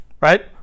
Right